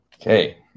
Okay